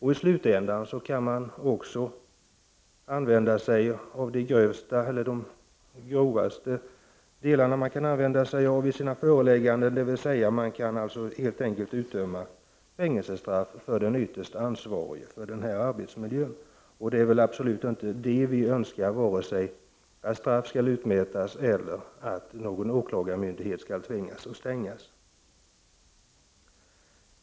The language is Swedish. I slutändan kan man också använda sig av de grövsta delarna i ett föreläggande, dvs. man kan utdöma fängelsestraff för den ytterst ansvarige för arbetsmiljön. Det är väl absolut inte det vi önskar, att någon åklagarmyndighet skall tvingas stänga eller att straff skall utmätas.